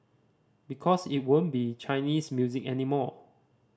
because it won't be Chinese music anymore